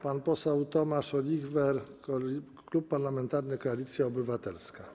Pan poseł Tomasz Olichwer, Klub Parlamentarny Koalicja Obywatelska.